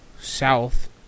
south